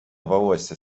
волосся